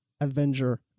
Avenger